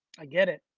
i get it,